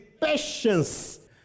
patience